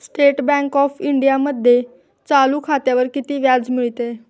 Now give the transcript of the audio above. State Bank of इंडियामध्ये चालू खात्यावर किती व्याज मिळते?